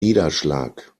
niederschlag